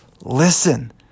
listen